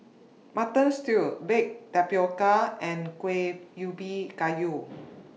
Mutton Stew Baked Tapioca and Kueh Ubi Kayu